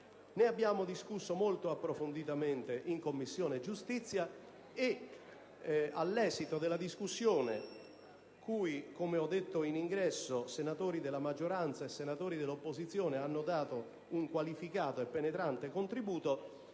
Ne abbiamo discusso molto approfonditamente in Commissione giustizia e all'esito della discussione - cui, come ho detto all'inizio, senatori della maggioranza e senatori dell'opposizione hanno dato un qualificato e penetrante contributo